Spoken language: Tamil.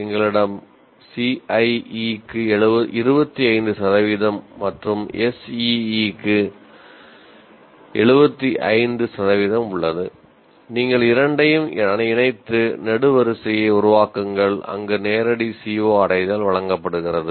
எங்களிடம் CIE க்கு 25 சதவிகிதம் மற்றும் SEE க்கு 75 சதவிகிதம் உள்ளது நீங்கள் இரண்டையும் இணைத்து நெடுவரிசையை உருவாக்குங்கள் அங்கு நேரடி CO அடைதல் வழங்கப்படுகிறது